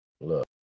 look